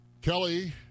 Kelly